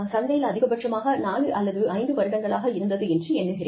சந்தையில் அதிகபட்சமாக 4 அல்லது 5 வருடங்களாக இருந்தது என்று எண்ணுகிறேன்